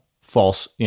false